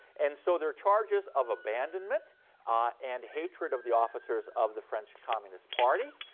and, so, there are charges of abandonment ah and hatred of the officers of the french communist party,